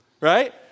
right